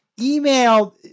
Email